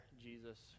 Jesus